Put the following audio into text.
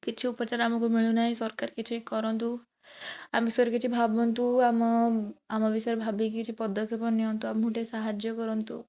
କିଛି ଉପଚାର ଆମକୁ ମିଳୁନାହିଁ ସରକାର କିଛି କରନ୍ତୁ ଆମ ବିଷୟରେ କିଛି ଭାବନ୍ତୁ ଆମ ଆମ ବିଷୟରେ ଭାବିକି କିଛି ପଦକ୍ଷେପ ନିଅନ୍ତୁ ଆମକୁ ଟିକିଏ ସାହାଯ୍ୟ କରନ୍ତୁ